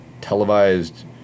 televised